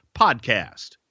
podcast